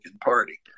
Party